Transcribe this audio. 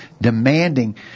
demanding